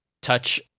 touch